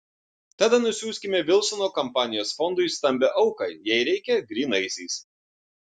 tada nusiųskime vilsono kampanijos fondui stambią auką jei reikia grynaisiais